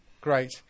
great